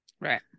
right